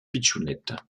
pitchounette